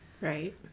Right